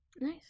nice